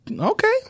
Okay